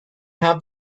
have